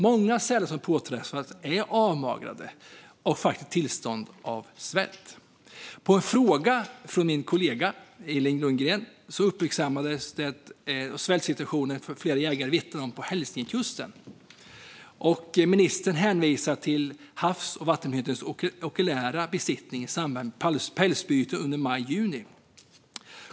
Många sälar som påträffas är avmagrade och befinner sig i ett tillstånd av svält. På en fråga från min kollega Elin Lundgren, som uppmärksammade den svältsituation som flera jägare vittnar om på Hälsingekusten, hänvisar ministern till Havs och vattenmyndighetens okulära besiktning i samband med pälsbytet under maj och juni.